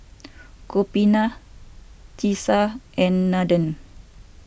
Gopinath Teesta and Nandan